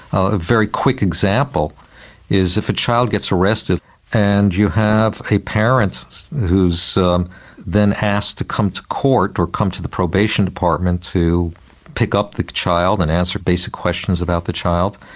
a very quick example is if a child gets arrested and you have a parent who is then asked to come to court or come to the probation department to pick up the child and answer basic questions about the child,